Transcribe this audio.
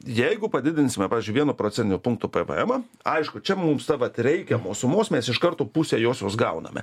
jeigu padidinsime pavyzdžiui vieno procentinio punkto pavaemą aišku čia mums ta vat reikiamos sumos mes iš karto pusę josios gauname